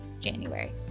January